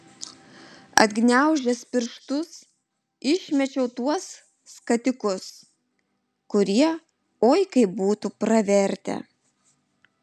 atgniaužęs pirštus išmečiau tuos skatikus kurie oi kaip būtų pravertę